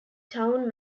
town